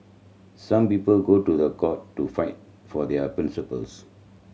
some people go to the court to fight for their principles